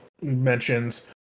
mentions